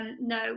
no